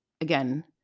again